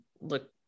look